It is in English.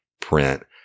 print